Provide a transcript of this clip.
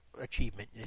achievement